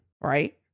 Right